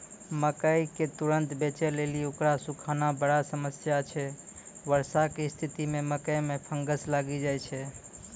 मकई के तुरन्त बेचे लेली उकरा सुखाना बड़ा समस्या छैय वर्षा के स्तिथि मे मकई मे फंगस लागि जाय छैय?